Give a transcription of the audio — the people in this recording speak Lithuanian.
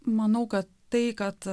manau kad tai kad